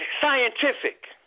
scientific